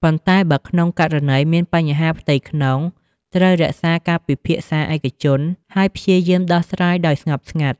ប៉ុន្តែបើក្នុងករណីមានបញ្ហាផ្ទៃក្នុង ត្រូវរក្សាការពិភាក្សាឯកជន ហើយព្យាយាមដោះស្រាយដោយស្ងប់ស្ងាត់។